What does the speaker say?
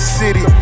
city